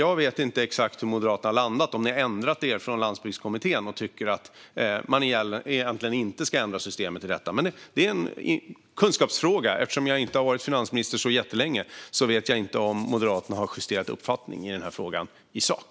Jag vet inte exakt hur Moderaterna har landat - om ni har ändrat er sedan Landsbygdskommittén och tycker att man egentligen inte ska ändra systemet till detta. Det är en dock en kunskapsfråga; eftersom jag inte har varit finansminister så jättelänge vet jag inte om Moderaterna har justerat sin uppfattning i den här frågan i sak.